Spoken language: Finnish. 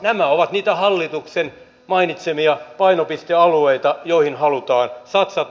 nämä ovat niitä hallituksen mainitsemia painopistealueita joihin halutaan satsata